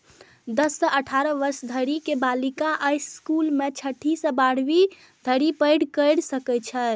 दस सं अठारह वर्ष धरि के बालिका अय स्कूल मे छठी सं बारहवीं धरि पढ़ाइ कैर सकै छै